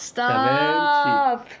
Stop